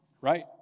Right